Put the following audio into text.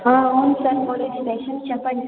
ఆ అవును sir police station చెప్పండి సార్